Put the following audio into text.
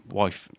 wife